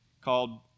called